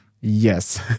Yes